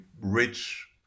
rich